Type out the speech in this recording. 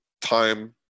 Time